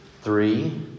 three